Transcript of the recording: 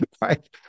Right